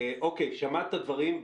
שמעת את הדברים.